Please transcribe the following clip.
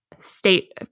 state